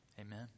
Amen